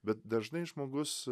bet dažnai žmogus